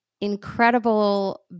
incredible